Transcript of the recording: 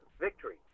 victory